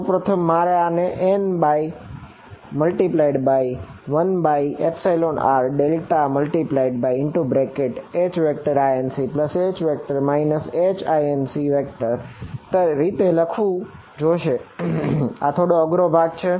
સૌ પ્રથમ મારે આને n×1r∇×HincH Hinc રીતે લખવું જોશે આ થોડો અઘરો ભાગ છે